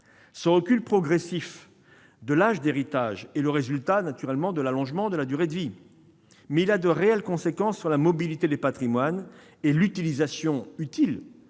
Ce recul progressif de l'âge d'héritage est naturellement le résultat de l'allongement de la durée de vie. Mais il a de réelles conséquences sur la mobilité des patrimoines et l'utilisation des